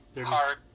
Hard